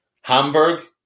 Hamburg